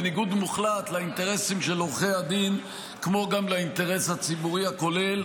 בניגוד מוחלט לאינטרסים של עורכי הדין כמו גם לאינטרס הציבורי הכולל.